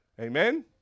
Amen